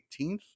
18th